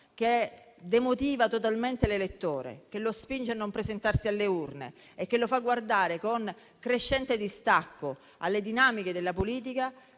che demotiva totalmente l'elettore, che lo spinge a non presentarsi alle urne e che lo fa guardare con crescente distacco alle dinamiche della politica,